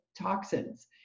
toxins